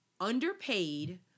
underpaid